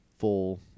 full